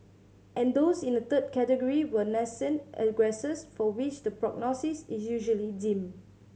and those in a third category were nascent aggressors for which the prognosis is usually dim